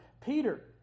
Peter